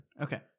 Okay